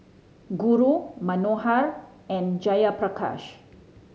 Guru Manohar and Jayaprakash